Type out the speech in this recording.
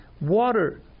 water